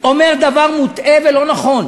אומר דבר מוטעה ולא נכון.